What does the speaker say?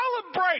Celebrate